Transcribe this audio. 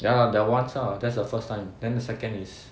ya that once lah that's the first time then the second is